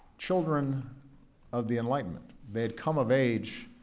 children of the enlightenment. they had come of age